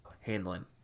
handling